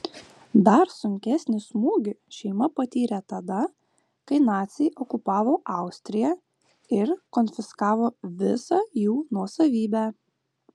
dar sunkesnį smūgį šeima patyrė tada kai naciai okupavo austriją ir konfiskavo visą jų nuosavybę